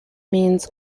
means